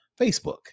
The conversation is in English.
Facebook